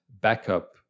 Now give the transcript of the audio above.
backup